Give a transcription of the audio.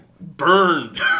burned